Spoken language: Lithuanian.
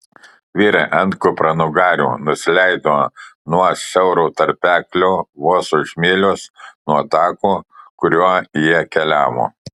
vyrai ant kupranugarių nusileido nuo siauro tarpeklio vos už mylios nuo tako kuriuo jie keliavo